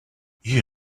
you